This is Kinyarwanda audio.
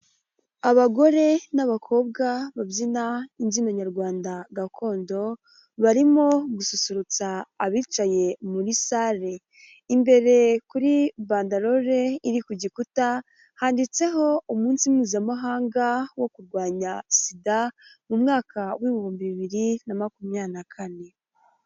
Abagore n'abakobwa babyina imbyino nyarwanda gakondo barimo gususurutsa abicaye muri sale imbere kuri bandelore iri ku gikuta, handitseho umunsi mpuzamahanga wo kurwanya sida mu mwaka w'ibihumbi bibiri na makumyabiri na kane.